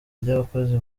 ry’abakozi